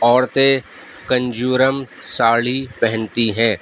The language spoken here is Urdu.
عورتیں کنجورم ساڑی پہنتی ہیں